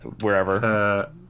wherever